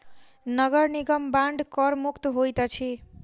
नगर निगम बांड कर मुक्त होइत अछि